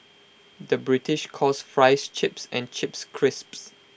the British calls Fries Chips and Chips Crisps